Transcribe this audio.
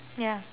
ya